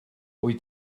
wyt